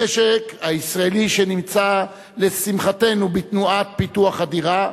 המשק הישראלי, שנמצא לשמחתנו בתנועת פיתוח אדירה,